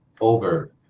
over